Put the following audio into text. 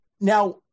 Now